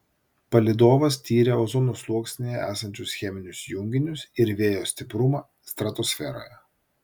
palydovas tyrė ozono sluoksnyje esančius cheminius junginius ir vėjo stiprumą stratosferoje